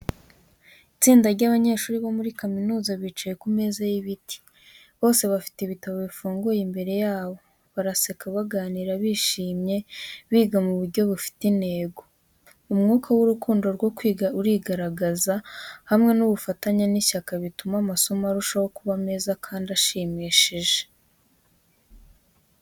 Itsinda ry’abanyeshuri bo muri kaminuza bicaye ku meza y’ibiti, bose bafite ibitabo bifunguye imbere yabo. Baraseka, baganira bishimye, biga mu buryo bufite intego. Umwuka w’urukundo rwo kwiga urigaragaza, hamwe n’ubufatanye n’ishyaka bituma amasomo arushaho kuba meza kandi ashimishije.